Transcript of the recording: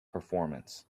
performance